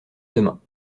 demain